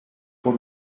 por